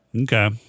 Okay